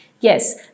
Yes